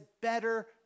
better